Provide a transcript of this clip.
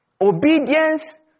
Obedience